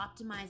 optimize